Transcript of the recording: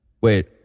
Wait